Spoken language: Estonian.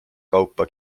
kaupa